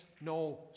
no